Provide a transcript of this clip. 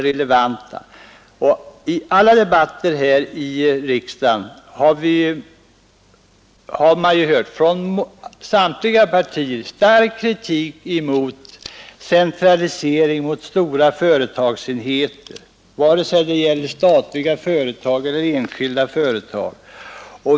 Det har i alla debatter här i riksdagen från samtliga partier riktats stark kritik mot centralisering och mot stora företagsenheter, vare sig det gäller statliga eller enskilda företag.